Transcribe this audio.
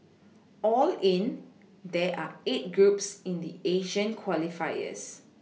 all in there are eight groups in the Asian qualifiers